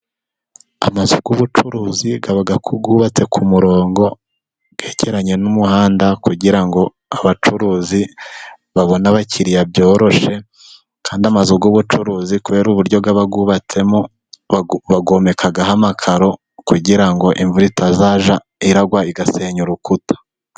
Amazu y'ubucuruzi, aba yubatse ku murongo, yekeranye n'umuhanda, kugira ngo abacuruzi babone abakiriya byoroshye, kandi amazu y'ubucuruzi, kubera uburyo aba yubatsemo bayomekaho amakaro, kugira ngo imvura itazajya igwa, igasenya urukuta.